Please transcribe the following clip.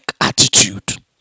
attitude